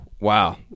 Wow